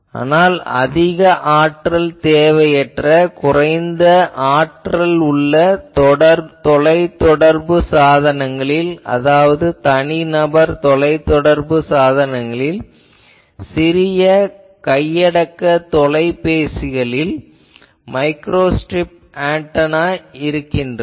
ஆனால் அதிக ஆற்றல் தேவையற்ற குறைந்த ஆற்றல் உள்ள தொலைத்தொடர்பு சாதனங்களில் அதாவது தனிநபர் தொலைத்தொடர்பு சாதனங்களில் சிறிய கையடக்க கைபேசிகளில் மைக்ரோஸ்ட்ரிப் ஆன்டெனா உள்ளது